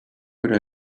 could